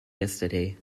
yesterday